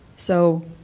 so